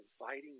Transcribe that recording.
inviting